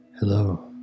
Hello